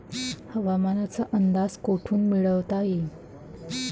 हवामानाचा अंदाज कोठून मिळवता येईन?